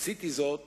עשיתי זאת